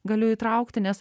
galiu įtraukti nes